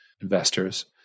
investors